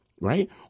right